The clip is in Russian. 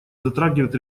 затрагивает